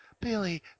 billy